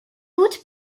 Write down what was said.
route